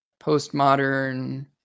postmodern